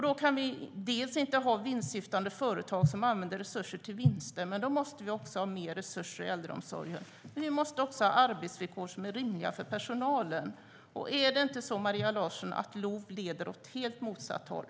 Då kan vi inte ha vinstsyftande företag som använder resurser till vinster, och vi måste också ha mer resurser i äldreomsorgen. Vi måste också ha arbetsvillkor som är rimliga för personalen. Är det inte så, Maria Larsson, att LOV leder åt helt motsatt håll?